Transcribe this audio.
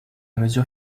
mesure